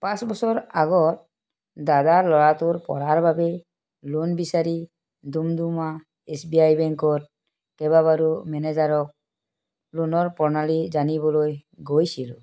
পাঁচ বছৰ আগত দাদাৰ ল'ৰাটোৰ পঢ়াৰ বাবে লোণ বিচাৰি ডুমডুমা এছ বি আই বেংকত কেইবাবাৰো মেনেজাৰক লোণৰ প্ৰণালী জানিবলৈ গৈছিলোঁ